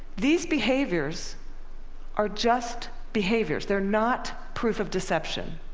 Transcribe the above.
these behaviors are just behaviors. they're not proof of deception.